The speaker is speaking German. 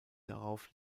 darauf